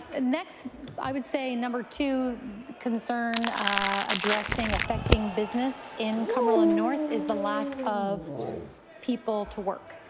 next i would say number two concern addressing affecting business in cumberland north is the lack of people to work.